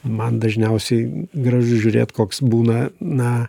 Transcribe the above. man dažniausiai gražu žiūrėt koks būna na